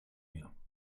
mir